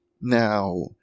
Now